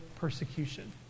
persecution